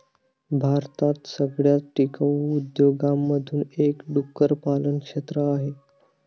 भारतात सगळ्यात टिकाऊ उद्योगांमधून एक डुक्कर पालन क्षेत्र आहे